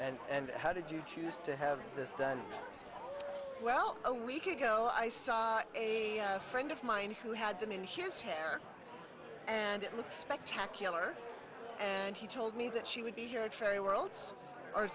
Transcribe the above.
traced and how did you choose to have this well a week ago i saw a friend of mine who had them in his hair and it looks spectacular and he told me that she would be here at cherry worlds or